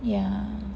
yeah